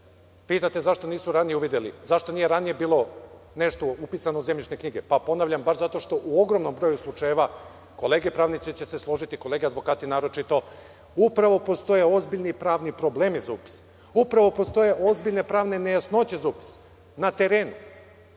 Pitate - zašto nisu ranije uvideli, zašto nije ranije bilo nešto upisano u zemljišne knjige? Ponavljam, baš zato što u ogromnom broju slučajeva, kolege pravnici će se složiti, kolege advokati naročito, upravo postoje ozbiljni pravni problemi za upis. Upravo postoje ozbiljne pravne nejasnoće za upis na terenu.